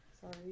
Sorry